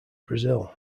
brazil